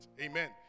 amen